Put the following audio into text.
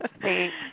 Thanks